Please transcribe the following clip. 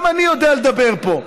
גם אני יודע לדבר פה.